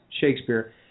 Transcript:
Shakespeare